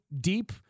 deep